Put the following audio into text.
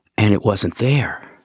and it wasn't there.